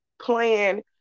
plan